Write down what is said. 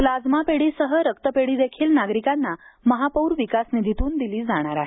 plasma पेढीसह रक्तपेढी देखील नागरिकांना महापौर विकास निधीतून दिली जाणार आहे